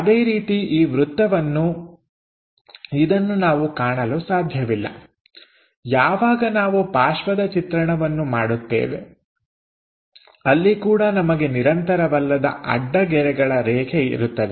ಅದೇ ರೀತಿ ಈ ವೃತ್ತವನ್ನು ಇದನ್ನು ನಾವು ಕಾಣಲು ಸಾಧ್ಯವಿಲ್ಲ ಯಾವಾಗ ನಾವು ಪಾರ್ಶ್ವದ ಚಿತ್ರಣವನ್ನು ಮಾಡುತ್ತೇವೆ ಅಲ್ಲಿ ಕೂಡ ನಮಗೆ ನಿರಂತರವಲ್ಲದ ಅಡ್ಡ ಗೆರೆಗಳ ರೇಖೆ ಇರುತ್ತದೆ